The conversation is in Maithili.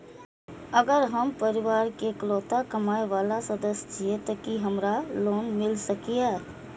अगर हम परिवार के इकलौता कमाय वाला सदस्य छियै त की हमरा लोन मिल सकीए?